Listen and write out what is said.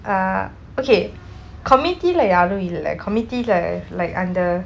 uh okay committee like லே யாருமில்லை:lei yaarumillai like committees like like under